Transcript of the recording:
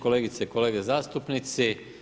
Kolegice i kolege zastupnici.